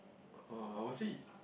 uh I would say